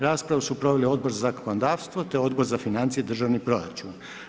Raspravu su proveli Odbor za zakonodavstvo, te Odbor za financije državni proračun.